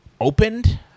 opened